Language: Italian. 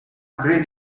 green